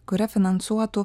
kuria finansuotų